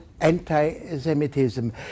anti-Semitism